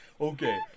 Okay